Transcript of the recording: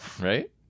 Right